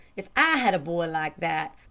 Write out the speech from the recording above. if i had a boy like that,